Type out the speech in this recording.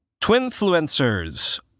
twinfluencers